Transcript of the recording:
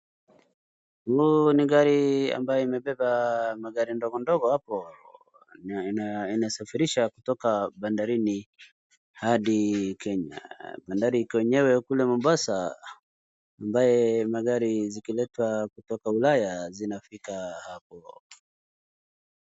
Huu ni gari ambayo imebeba magari ndogondogo hapo, na inasafirisha kutoka bandarini hadi Kenya. Bandari iko yenyewe kule Mombasa ambaye magari zikiletwa kutoka ulaya zinafika hapo.